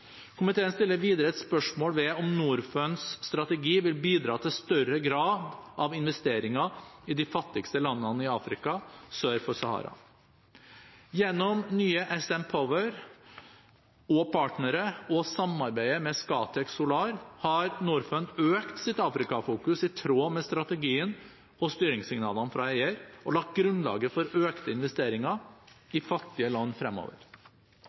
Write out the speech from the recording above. Komiteen stiller videre spørsmål ved om Norfunds strategi vil bidra til større grad av investeringer i de fattigste landene i Afrika sør for Sahara. Gjennom nye SN Power og partnere og samarbeidet med Scatec Solar har Norfund økt sin Afrika-fokusering i tråd med strategien og styringssignalene fra eier, og lagt grunnlaget for økte investeringer i fattige land fremover.